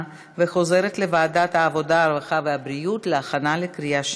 לוועדת העבודה, הרווחה והבריאות נתקבלה.